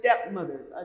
stepmothers